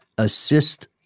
assist